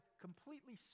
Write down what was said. completely